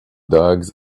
dogs